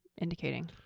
indicating